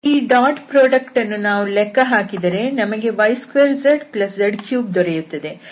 ಈ dot product ಅನ್ನು ಲೆಕ್ಕ ಹಾಕಿದರೆ ನಮಗೆ y2zz3 ದೊರೆಯುತ್ತದೆ